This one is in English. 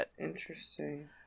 Interesting